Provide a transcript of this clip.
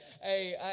Hey